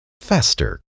faster